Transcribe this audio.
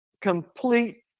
complete